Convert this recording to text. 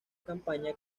campaña